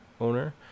owner